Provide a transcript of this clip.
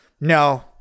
no